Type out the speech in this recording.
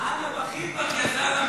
"אנא בחיבכ, יא זלמי".